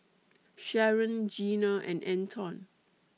Sharyn Gina and Anton